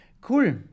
Cool